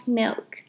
milk